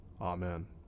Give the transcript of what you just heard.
Amen